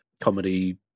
comedy